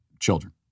children